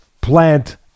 Plant